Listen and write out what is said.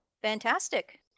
Fantastic